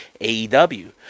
AEW